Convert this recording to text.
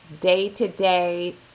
day-to-day